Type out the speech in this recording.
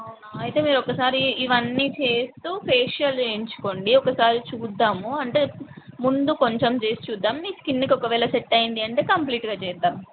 అవునా అయితే మీరు ఒకసారి ఇవన్నీ చేస్తూ ఫేషియల్ చేయించుకోండి ఒకసారి చూద్దాము అంటే ముందు కొంచెం చేసి చూద్దాం మీ స్కిన్కి ఒకవేళ సెట్ అయ్యింది అంటే కంప్లీట్గా చేద్దాం